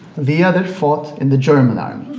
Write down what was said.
the other fought in the german army.